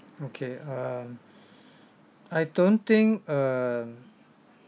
okay um I don't think um